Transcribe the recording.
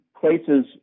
places